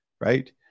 right